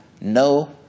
no